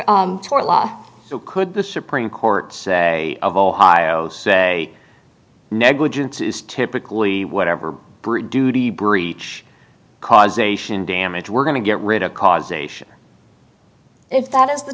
tort law so could the supreme court of ohio say negligence is typically whatever bru duty breach causation damage we're going to get rid of causation if that is the